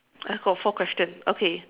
I got four questions okay